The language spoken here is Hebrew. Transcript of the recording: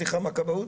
סליחה, מהכבאות.